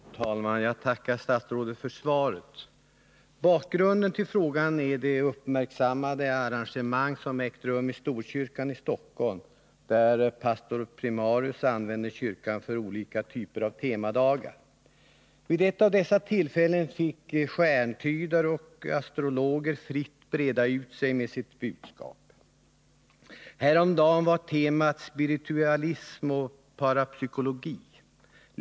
Fru talman! Jag tackar statsrådet för svaret. Bakgrunden till frågan är de uppmärksammade arrangemang som ägt rum i Storkyrkan i Stockholm, där pastor primarius använder kyrkan för olika typer av ”temadagar”. Vid ett av dessa tillfällen fick stjärntydare och astrologer fritt breda ut sig med sitt budskap. Häromdagen var temat ”Spiritualism och parapsykologi”.